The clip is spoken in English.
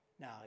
Now